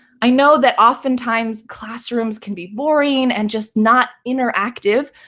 i know that oftentimes classrooms can be boring and just not interactive,